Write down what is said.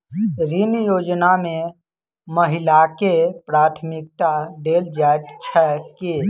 ऋण योजना मे महिलाकेँ प्राथमिकता देल जाइत छैक की?